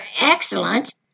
excellent